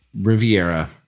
Riviera